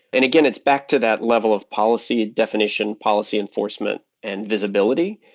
and again, it's back to that level of policy and definition, policy enforcement and visibility,